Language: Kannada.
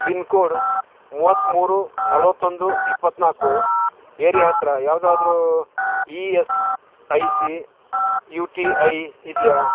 ಪಿನ್ಕೋಡ್ ಮೂವತ್ತ್ಮೂರು ನಲವತ್ತೊಂದು ಇಪ್ಪತ್ತ್ನಾಲ್ಕು ಏರಿಯಾ ಹತ್ತಿರ ಯಾವುದಾದರೂ E S I C U T I ಇದೆಯಾ